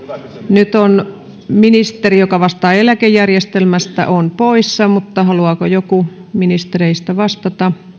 nyt ministeri joka vastaa eläkejärjestelmästä on poissa mutta haluaako joku ministereistä vastata